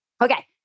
Okay